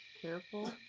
careful?